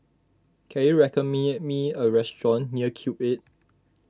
can you recommend me me a restaurant near Cube eight